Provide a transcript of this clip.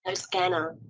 um scanner